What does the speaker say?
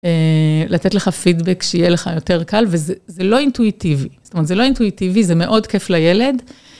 לתת לך פידבק שיהיה לך יותר קל, וזה לא אינטואיטיבי, זאת אומרת, זה לא אינטואיטיבי, זה מאוד כיף לילד.